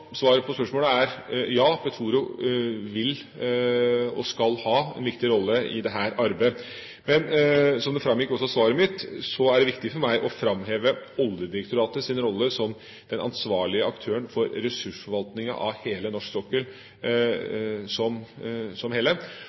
svaret på spørsmålet er: Ja, Petoro vil, og skal, ha en viktig rolle i dette arbeidet. Men som det også framgikk av svaret mitt, er det viktig for meg å framheve Oljedirektoratets rolle som den ansvarlige aktøren for ressursforvaltningen av norsk sokkel som et hele.